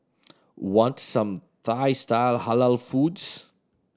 want some Thai style Halal foods